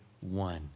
one